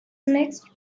mixed